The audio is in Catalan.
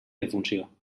defunció